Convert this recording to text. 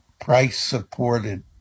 price-supported